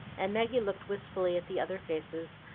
and maggie looked wistfully at the other faces,